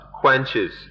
quenches